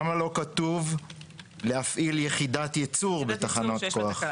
למה לא כתוב "להפעיל יחידת ייצור בתחנות כוח"?